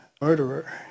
Murderer